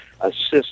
assist